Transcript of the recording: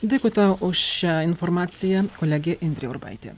dėkui tau už šią informaciją kolegė indrė urbaitė